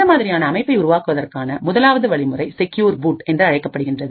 இந்த மாதிரியான அமைப்பைஉருவாக்குவதற்கான முதலாவது வழிமுறைசெக்யூர் பூட் என்று அழைக்கப்படுகின்றது